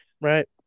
Right